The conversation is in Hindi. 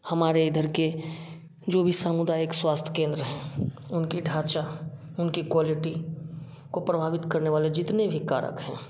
हमारे इधर के जो भी सामुदायिक स्वास्थ्य केंद्र है उनकी ढांचा उनकी क्वालिटी को प्रभावित करने वाले जितने भी कारक है